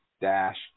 dash